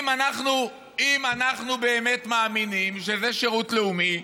אם אנחנו באמת מאמינים שזה שירות לאומי,